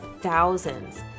thousands